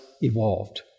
evolved